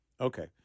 okay